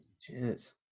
Cheers